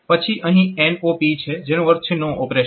પછી અહીં NOP છે જેનો અર્થ છે 'નો ઓપરેશન'